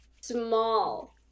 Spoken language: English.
small